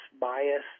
bias